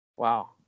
Wow